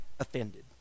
offended